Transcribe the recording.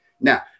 Now